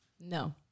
No